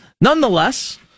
nonetheless